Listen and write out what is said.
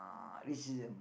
uh racism